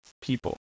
people